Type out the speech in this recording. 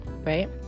Right